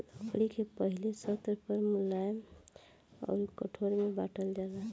लकड़ी के पहिले स्तर पअ मुलायम अउर कठोर में बांटल जाला